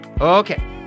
Okay